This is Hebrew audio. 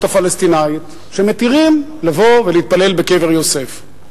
הפלסטינית שמתירים לבוא ולהתפלל בקבר יוסף.